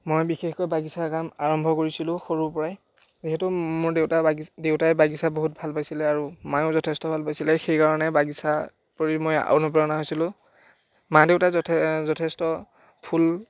মই বিশেষকৈ বাগিছাৰ কাম আৰম্ভ কৰিছিলোঁ সৰুৰ পৰাই যিহেতু মোৰ দেউতা বাগিছা দেউতাই বাগিছা বহুত ভাল পাইছিলে আৰু মায়েও যথেষ্ট ভাল পাইছিলে সেইকাৰণে বাগিছা কৰি মই অনুপ্ৰেৰণা হৈছিলোঁ মা দেউতা যথেষ্ট ফুল